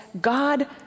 God